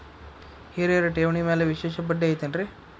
ಹಿರಿಯರ ಠೇವಣಿ ಮ್ಯಾಲೆ ವಿಶೇಷ ಬಡ್ಡಿ ಐತೇನ್ರಿ?